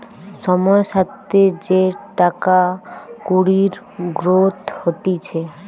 সময়ের সাথে যে টাকা কুড়ির গ্রোথ হতিছে